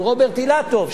של רוברט אילטוב,